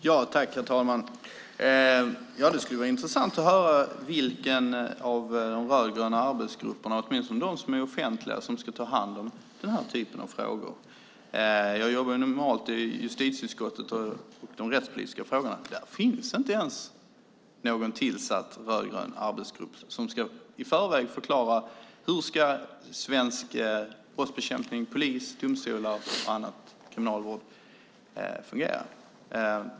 Herr talman! Det skulle vara intressant att höra vilken av de rödgröna arbetsgrupperna, åtminstone de som är offentliga, som ska ta hand om den här typen av frågor. Jag jobbar normalt i justitieutskottet med de rättspolitiska frågorna, och där finns inte ens någon rödgrön arbetsgrupp tillsatt som i förväg ska förklara hur svensk brottsbekämpning - polis, domstolar och annat såsom kriminalvård - fungerar.